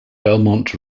belmont